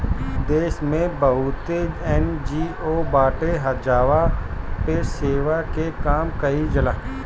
देस में बहुते एन.जी.ओ बाटे जहवा पे सेवा के काम कईल जाला